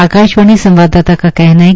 आकाशवाणी संवाददाता का कहना हा